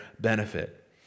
benefit